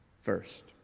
first